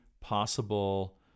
possible